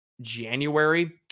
January